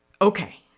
Okay